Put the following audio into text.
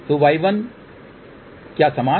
तो y1 क्या समान है